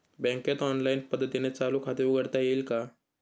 बँकेत ऑनलाईन पद्धतीने चालू खाते उघडता येईल का?